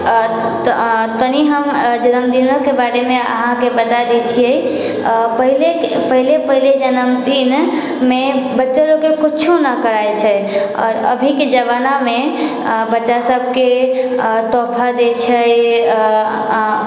तनि हम जन्मदिनके बारेमे अहाँके बता दै छियै पहले पहले पहले जन्मदिनमे बच्चा लोकके कुछौ न करै छै आओर अभीके जमानामे बच्चा सभके तोहफा दै छै